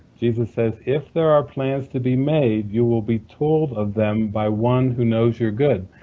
jesus says, if there are plans to be made, you will be told of them by one who knows your good,